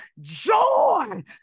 joy